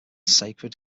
sacred